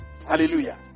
Hallelujah